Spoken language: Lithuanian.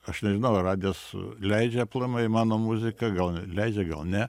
aš nežinau ar radijas leidžia aplamai mano muziką gal leidžia gal ne